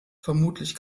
vermutlich